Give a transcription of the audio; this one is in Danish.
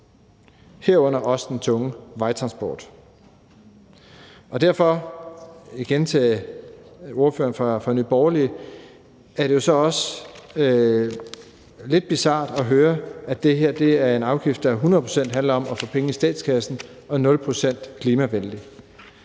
herunder også den tunge vejtransport. Derfor vil jeg igen sige til ordføreren for Nye Borgerlige, at det så også er lidt bizart at høre, at det her er en afgift, der hundrede procent handler om at få penge i statskassen, og som er nul procent klimavenlig.